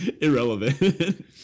irrelevant